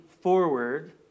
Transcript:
forward